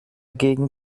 gegen